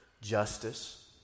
justice